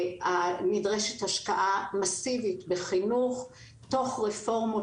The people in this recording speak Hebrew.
נדרשת השקעה מאסיבית בחינוך תוך רפורמות